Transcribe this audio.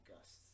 gusts